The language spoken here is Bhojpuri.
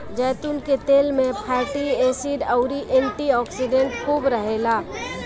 जैतून के तेल में फैटी एसिड अउरी एंटी ओक्सिडेंट खूब रहेला